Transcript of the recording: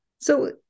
So-